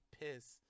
piss